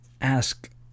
ask